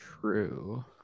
True